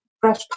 fresh